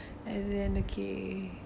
and then okay